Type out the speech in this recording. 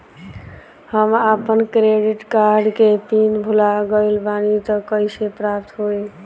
हम आपन credit card के पिन भुला गइल बानी त कइसे प्राप्त होई?